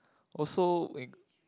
also when